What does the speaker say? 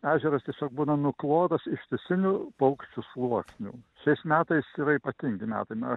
ežeras tiesiog būna nuklotas ištisinių paukščių sluoksnių šiais metais yra ypatingi metai na